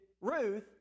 Ruth